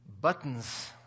buttons